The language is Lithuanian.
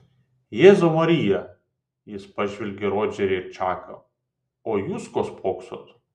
jėzau marija jis pažvelgė į rodžerį ir čaką o jūs ko spoksot